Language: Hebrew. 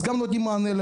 אז גם נותנים להם מענה.